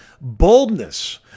boldness